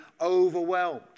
overwhelmed